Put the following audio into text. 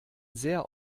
sehr